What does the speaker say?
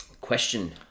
Question